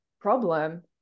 problem